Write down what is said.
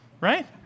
right